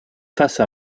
face